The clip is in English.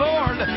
Lord